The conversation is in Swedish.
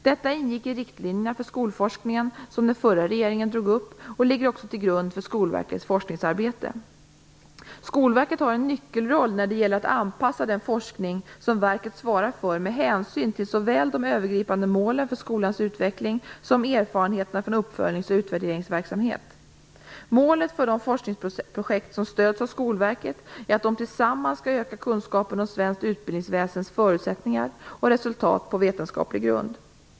Detta ingick i riktlinjerna för skolforskningen som den förra regeringen drog upp och ligger också till grund för Skolverkets forskningsarbete. Skolverket har en nyckelroll när det gäller att anpassa den forskning som verket svarar för med hänsyn till såväl de övergripande målen för skolans utveckling som erfarenheterna från uppföljnings och utvärderingsverksamhet. Målet för de forskningsprojekt som stöds av Skolverket är att de tillsammans skall öka kunskapen om svenskt utbildningsväsens förutsättningar och resultat på vetenskaplig grund.